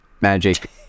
magic